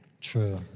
True